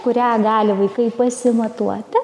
kurią gali vaikai pasimatuoti